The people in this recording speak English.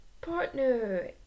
partner